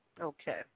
Okay